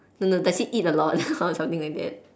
no no does he eat a lot or something like that